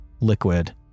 liquid